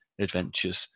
adventures